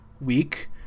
week